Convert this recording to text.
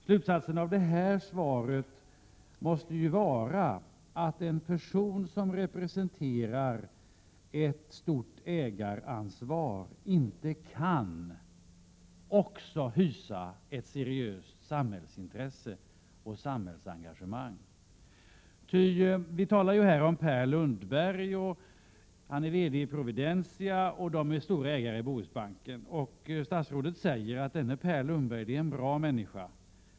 Slutsatsen av svaret måste bli att en person som representerar ett stort ägaransvar inte också kan hysa ett seriöst samhällsintresse och ha ett samhällsengagemang. Vi talar här om Per Lundberg. Han är VD i Providentia, som är en betydelsefull delägare i Bohusbanken. Statsrådet säger att denne Per Lundberg är en bra människa.